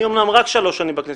אני אומנם רק שלוש שנים בכנסת,